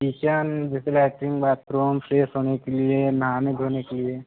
kitchen जैसे latrine bathroom fresh होने के लिए नहाने धोने के लिए